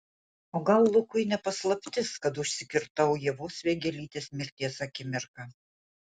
o gal lukui ne paslaptis kad užsikirtau ievos vėgėlytės mirties akimirką